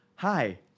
Hi